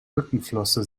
rückenflosse